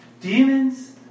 Demons